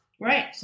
Right